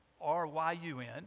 R-Y-U-N